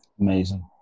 Amazing